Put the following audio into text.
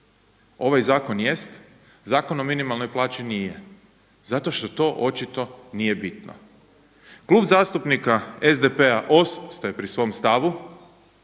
Ovaj zakon jest Zakon o minimalnoj plaći nije zato što to očito nije bitno. Klub zastupnika SDP-a ostaje pri svom stavu,